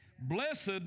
Blessed